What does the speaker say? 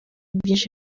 byinshi